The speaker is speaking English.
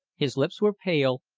his lips were pale,